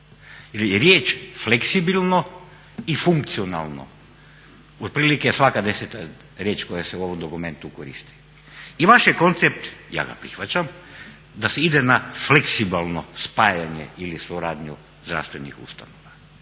riječ fleksibilno i funkcionalno otprilike svaka deseta riječ koja se u ovom dokumentu koristi i vaš je koncept ja ga prihvaćam da se ide na fleksibilno spajanje ili suradnju zdravstvenih ustanova.